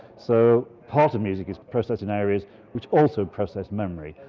so, part of music is processed in areas which also process memory,